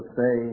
say